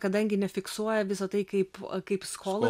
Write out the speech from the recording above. kadangi nefiksuoja visa tai kaip kaip skolą